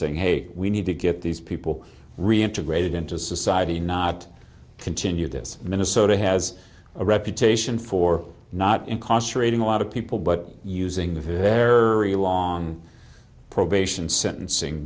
saying hey we need to get these people reintegrate into society not continue this minnesota has a reputation for not incarcerating a lot of people but using the for their long probation sentencing